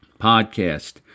podcast